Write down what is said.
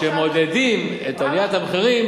כשמודדים את עליית המחירים,